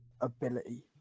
ability